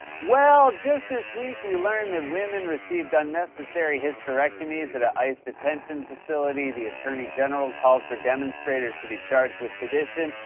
well, just this week, we learned that women received unnecessary hysterectomies at a ice detention facility, the attorney general called for demonstrators to be charged with sedition,